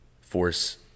force